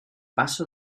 paso